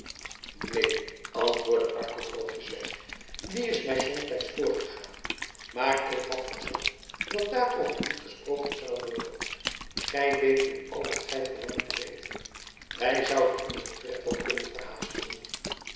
neen antwoordde arkel droogjes weg die is mij somtijds voorgegaan maar ik had verzocht dat daarover niet gesproken zou worden gij weet nu al wat gij verlangt te weten wij zouden onzen tred wat kunnen verhaasten